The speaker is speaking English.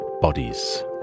Bodies